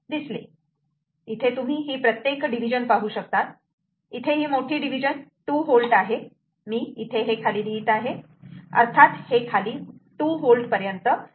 इथे तुम्ही ही प्रत्येक डिव्हिजन पाहू शकतात इथे ही मोठी डिव्हिजन 2 V आहे मी येथे खाली लिहीत आहे अर्थात हे खाली 2 V पर्यंत जात आहे